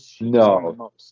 No